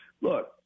look